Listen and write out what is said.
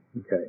Okay